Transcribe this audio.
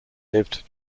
lived